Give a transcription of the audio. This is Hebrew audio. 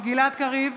גלעד קריב,